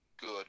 good